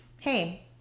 hey